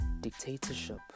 dictatorship